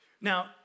Now